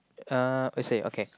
uh I say okay